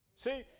See